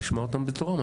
נשמע אותם בתורם.